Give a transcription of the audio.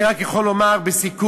אני רק יכול לומר בסיכום,